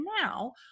now